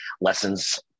lessons